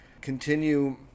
continue